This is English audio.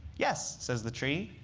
yes, says the tree.